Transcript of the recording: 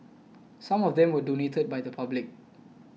some of them were donated by the public